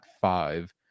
five